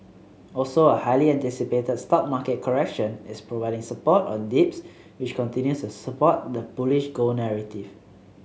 also a highly anticipated stock market correction is providing support on dips which continues to support the bullish gold narrative